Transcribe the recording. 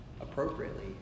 appropriately